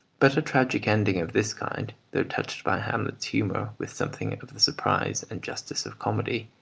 but a tragic ending of this kind, though touched by hamlet's humour with something of the surprise and justice of comedy,